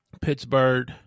Pittsburgh